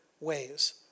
ways